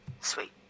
Sweet